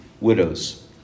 widows